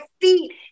feet